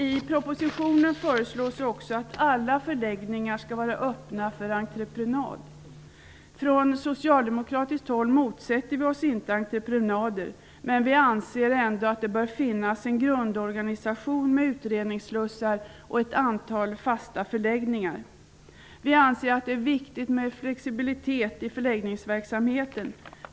I propositionen föreslås också att alla förläggningarna skall vara öppna för entreprenad. Vi socialdemokrater motsätter oss inte entreprenader, men vi anser ändå att det bör finnas en grundorganisation med utredningsslussar och ett antal fasta förläggningar. Vi anser att det är viktigt med flexibilitet i förläggningsverksamheten.